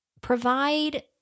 provide